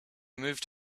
moved